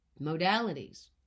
modalities